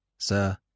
Sir